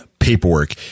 Paperwork